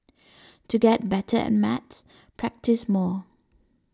to get better at maths practise more